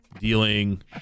dealing